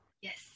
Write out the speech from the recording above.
Yes